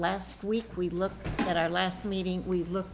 last week we look at our last meeting we look